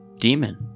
demon